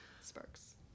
sparks